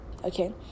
okay